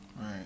Right